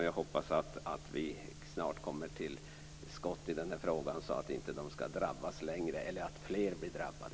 Jag hoppas att vi snart kommer till skott i den här frågan, så att inte fler blir drabbade.